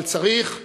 אבל צריך,